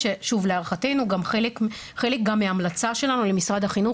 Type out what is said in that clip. להערכתנו גם חלק גם מההמלצה שלנו למשרד החינוך